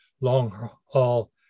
long-haul